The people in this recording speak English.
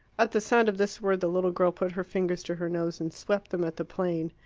at the sound of this word the little girl put her fingers to her nose and swept them at the plain.